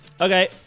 okay